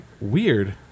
Weird